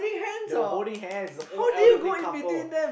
they were holding hands the old elderly couple